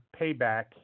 Payback